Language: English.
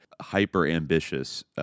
hyper-ambitious